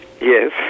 Yes